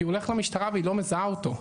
כי הוא הולך למשטרה והיא לא מזהה אותו,